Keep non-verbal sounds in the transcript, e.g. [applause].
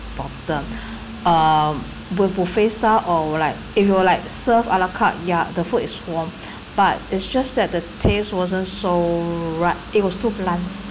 bottom [breath] um the buffet style or would like if you were like serve ala carte ya the food is warm but it's just that the taste wasn't so right it was too bland